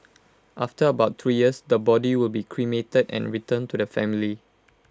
after about three years the body will be cremated and returned to the family